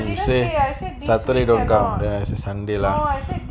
you say saturday don't come ya I say sunday lah